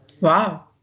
Wow